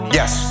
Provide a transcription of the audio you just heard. yes